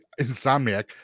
Insomniac